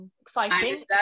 exciting